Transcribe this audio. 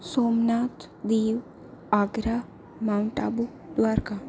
Somnath Diu Agra Mount Abu Dwarka